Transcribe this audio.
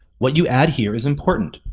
what you add here is important.